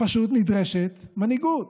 פשוט נדרשת מנהיגות.